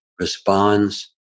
responds